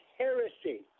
heresy